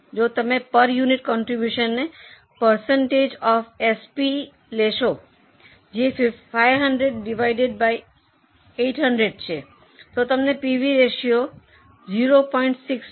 જો તમે per unit કોન્ટ્રીબ્યુશનને પર્સન્ટેજ ઑફ એસપીની લેશો જે 500 ડિવાઇડેડ 800 છે તો તમને પીવી રેશિયો 0